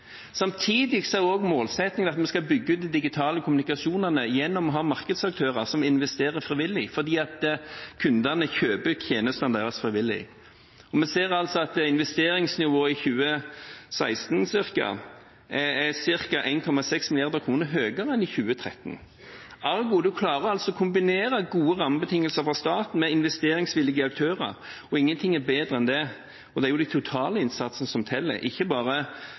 Samtidig er målsettingen at vi skal bygge ut de digitale kommunikasjonene gjennom å ha markedsaktører som investerer frivillig, fordi kundene kjøper tjenestene deres frivillig. Vi ser at investeringsnivået i 2016 er ca. 1,6 mrd. kr høyere enn i 2013, ergo klarer man altså å kombinere gode rammebetingelser fra staten med investeringsvillige aktører, og ingenting er bedre enn det. Det er den totale innsatsen som teller, ikke bare